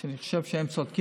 אני חושב שהם צודקים,